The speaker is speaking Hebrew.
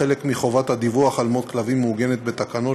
חלק מחובת הדיווח על מות כלבים מעוגן בתקנות.